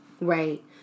Right